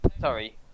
Sorry